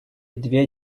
две